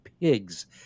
pigs